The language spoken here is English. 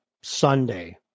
Sunday